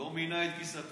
הוא לא מינה את גיסתו?